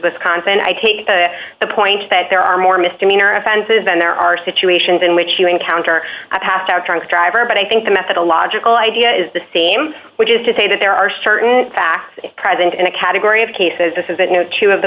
wisconsin i take the point that there are more misdemeanor offenses than there are situations in which you encounter i passed out drunk driver but i think the methodological idea is the same which is to say that there are certain facts present in a category of cases this is that no two of the